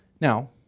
Now